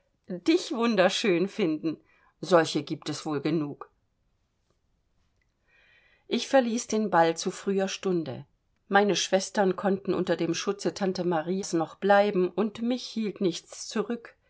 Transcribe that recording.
dich wunderschön finden solche gibt es wohl genug ich verließ den ball zu früher stunde meine schwestern konnten unter dem schutze tante maries noch bleiben und mich hielt nichts zurück